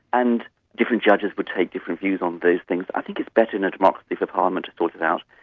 and different judges would take different views on various things. i think it's better in a democracy for parliament to sort it out,